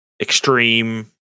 extreme